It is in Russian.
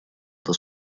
эта